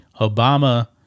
Obama